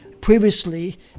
previously